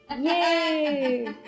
Yay